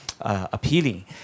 appealing